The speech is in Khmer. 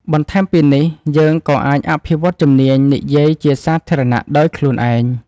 បន្ថែមពីនេះ យើងក៏អាចអភិវឌ្ឍជំនាញនិយាយជាសាធារណៈដោយខ្លួនឯង។